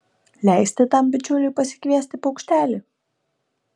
leisti tam bičiuliui pasikviesti paukštelį